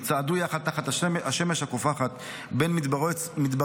צעדו יחד תחת השמש הקופחת בין מדבריות